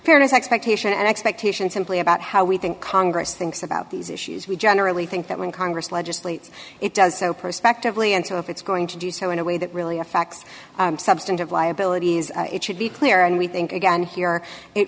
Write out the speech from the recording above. fairness expectation and expectation simply about how we think congress thinks about these issues we generally think that when congress legislates it does so perspectively and so if it's going to do so in a way that really affects substantive liabilities it should be clear and we think again here it